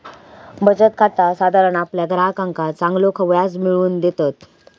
बचत खाता साधारण आपल्या ग्राहकांका चांगलो व्याज मिळवून देतत